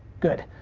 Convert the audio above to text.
good.